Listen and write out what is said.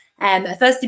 firstly